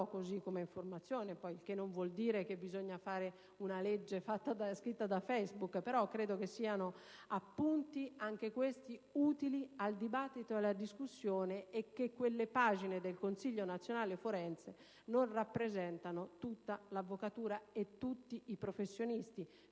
do questa informazione, che non vuol significare che bisogna fare una legge scritta su Facebook: credo tuttavia che anche questi siano appunti utili al dibattito e alla discussione, e che le pagine del Consiglio nazionale forense non rappresentino tutta l'avvocatura e tutti i professionisti.